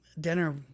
dinner